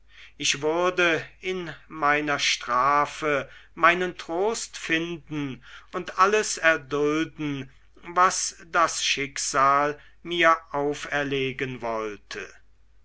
ich würde in meiner strafe meinen trost finden und alles erdulden was das schicksal mir auferlegen wollte